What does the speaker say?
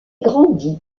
grandit